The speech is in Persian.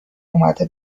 اومده